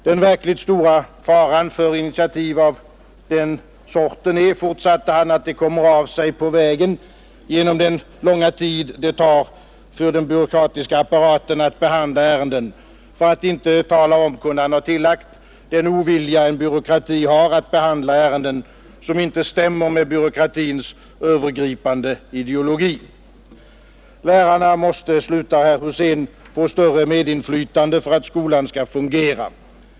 Den verkligt stora faran för initiativ av den sorten är, fortsatte han, att de kommer av sig på vägen genom den långa tid det tar för den byråkratiska apparaten att behandla ärenden, för att inte tala om, kunde han ha tillagt, den ovilja en byråkrati har att behandla ärenden som inte stämmer med byråkratins övergripande ideologi. Lärarna måste, slutar herr Husén, få större medinflytande för att skolan skall fungera.